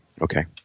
Okay